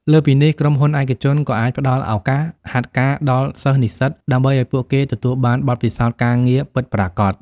លើសពីនេះ ក្រុមហ៊ុនឯកជនក៏អាចផ្តល់ឱកាស ហាត់ការ ដល់សិស្សនិស្សិត ដើម្បីឱ្យពួកគេទទួលបានបទពិសោធន៍ការងារពិតប្រាកដ។